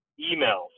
emails